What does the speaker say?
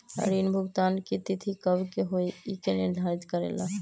ऋण भुगतान की तिथि कव के होई इ के निर्धारित करेला?